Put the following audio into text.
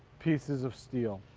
pieces of steel